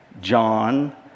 john